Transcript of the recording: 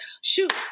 shoot